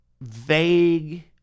vague